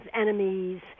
enemies